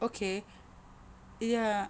okay ya